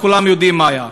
כולם יודעים מה היה.